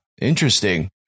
interesting